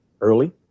early